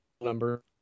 number